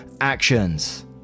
actions